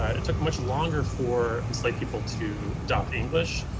ah it took much longer for enslaved people to adopt english,